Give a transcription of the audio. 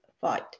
fight